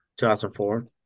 2004